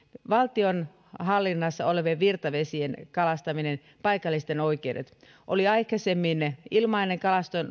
valtion hallinnassa olevien virtavesien kalastaminen paikallisten oikeudet aikaisemmin oli ilmainen